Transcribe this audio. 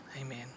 Amen